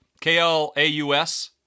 K-L-A-U-S